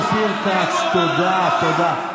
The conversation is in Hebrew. חבר הכנסת אופיר כץ, תודה, תודה.